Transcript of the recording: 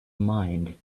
mind